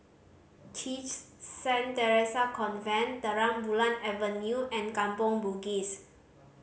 CHIJ Saint Theresa's Convent Terang Bulan Avenue and Kampong Bugis